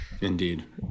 Indeed